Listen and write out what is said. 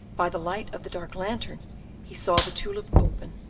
by the light of the dark lantern he saw the tulip open,